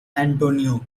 antonio